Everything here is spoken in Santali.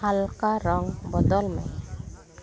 ᱦᱟᱞᱠᱟ ᱨᱚᱝ ᱵᱚᱫᱚᱞ ᱢᱮ